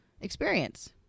experience